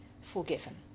forgiven